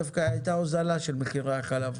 דווקא הייתה הוזלה של מחירי החלב,